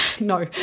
No